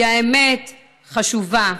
כי האמת חשובה.